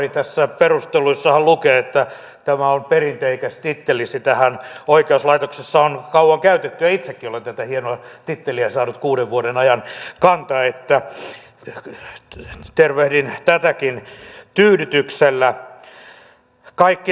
näissä perusteluissahan lukee että tämä on perinteikäs titteli sitähän oikeuslaitoksessa on kauan käytetty ja itsekin olen tätä hienoa titteliä saanut kuuden vuoden ajan kantaa joten tervehdin tätäkin tyydytyksellä